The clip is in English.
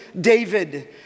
David